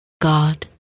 God